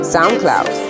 SoundCloud